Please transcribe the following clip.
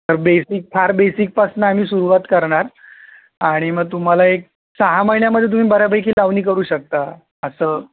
तर बेसिक फार बेसिकपासनं आम्ही सुरवात करणार आणि मग तुम्हाला एक सहा महिन्यामधे तुम्ही बऱ्यापैकी लावणी करू शकता असं